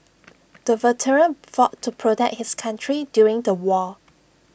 the veteran fought to protect his country during the war